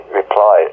reply